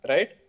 Right